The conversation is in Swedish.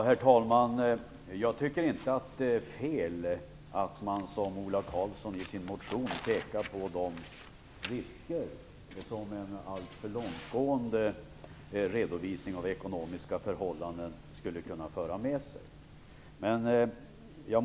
Herr talman! Jag tycker inte att det är fel att man som Ola Karlsson i sin motion pekar på de risker som en alltför långtgående redovisning av ekonomiska förhållanden skulle kunna föra med sig.